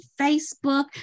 Facebook